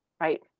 right